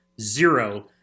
zero